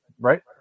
right